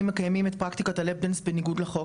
מקיימים את פרקטיקת ה"לאפ דאנס" בניגוד לחוק.